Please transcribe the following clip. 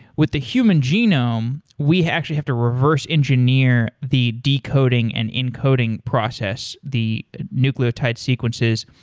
with the human genome, we actually have to reverse engineer the decoding and encoding process, the nucleotide sequences.